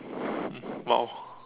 mm !wow!